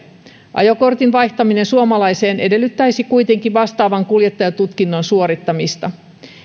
ajokortin vaihtaminen suomalaiseen edellyttäisi kuitenkin vastaavan kuljettajatutkinnon suorittamista